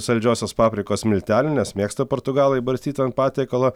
saldžiosios paprikos miltelių nes mėgsta portugalai barstyt ant patiekalo